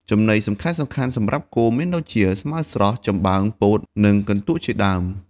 ចំណីសំខាន់ៗសម្រាប់គោមានដូចជា ស្មៅស្រស់ ចំបើង ពោត និងកន្ទក់ជាដើម។